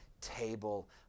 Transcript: table